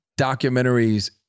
documentaries